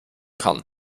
kann